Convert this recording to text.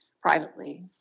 privately